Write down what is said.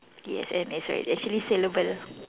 yes and it's right it's actually saleable